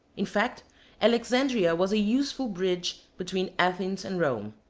in fact alexandria was a useful bridge between athens and rome.